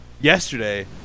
yesterday